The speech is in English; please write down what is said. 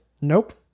Nope